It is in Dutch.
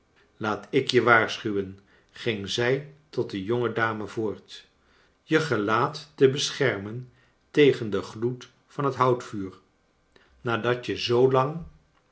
laat ik je waarschuwen ging zij tot de jonge dame voort je gelaat te beschermen tegen den gloed van het houtvuur nadat